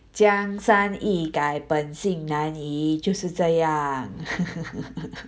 江山易改本性难移就是这样